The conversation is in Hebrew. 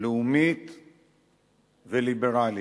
לאומית וליברלית.